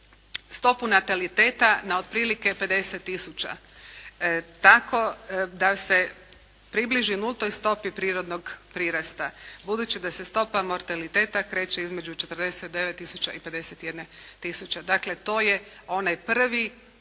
stopu nataliteta na otprilike 50 tisuća, tako da se približi nultoj stopi prirodnog prirasta budući da se stopa mortaliteta kreće između 49 tisuća i 51 tisuće. Dakle, to je onaj prvi